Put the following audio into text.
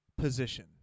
position